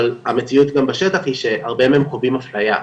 אבל המציאות גם בשטח היא שהרבה מהם חווים אפליה,